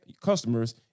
customers